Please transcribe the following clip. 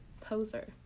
Poser